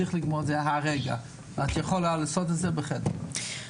צריך לגמור את זה כרגע ואת יכולה לעשות את זה בחדר שלך.